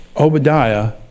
Obadiah